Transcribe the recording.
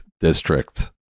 district